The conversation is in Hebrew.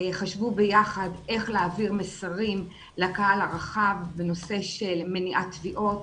חשבנו ביחד איך להעביר מסרים לקהל הרחב בנושא של מניעת טביעות,